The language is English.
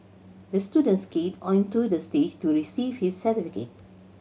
the student skated onto the stage to receive his certificate